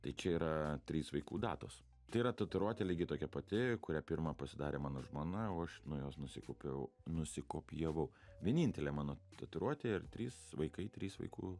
tai čia yra trys vaikų datos tai yra tatuiruotė lygiai tokia pati kurią pirma pasidarė mano žmona o aš nuo jos nusikopijavau nusikopijavau vienintelė mano tatuiruotė ir trys vaikai trys vaikų